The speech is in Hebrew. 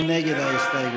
מי נגד ההסתייגות?